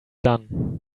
done